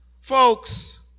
folks